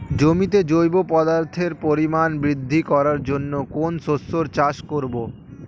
জমিতে জৈব পদার্থের পরিমাণ বৃদ্ধি করার জন্য কোন শস্যের চাষ করবো?